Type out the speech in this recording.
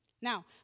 Now